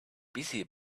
busy